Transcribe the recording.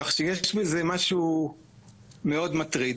כך שיש בזה משהו מאוד מטריד.